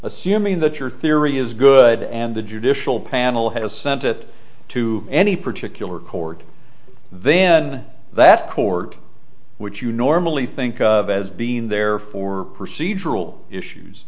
assuming that your theory is good and the judicial panel has sent it to any particular court then that court which you normally think of as being there for procedural issues